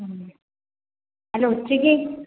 അല്ല ഉച്ചയ്ക്ക്